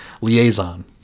liaison